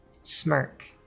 smirk